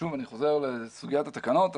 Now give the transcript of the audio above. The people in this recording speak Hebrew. שוב אני חוזר לסוגיית התקנות.